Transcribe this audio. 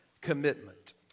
commitment